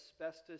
asbestos